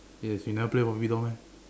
yes you never play barbie doll meh